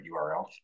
url